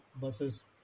buses